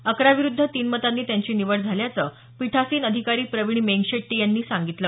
अकरा विरुद्ध तीन मतांनी त्यांची निवड झाल्याचं पिठासीन अधिकारी प्रवीण मेंगशेट्टी यांनी सांगितलं